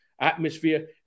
atmosphere